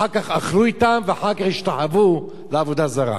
אחר כך אכלו אתם ואחר כך השתחוו לעבודה זרה.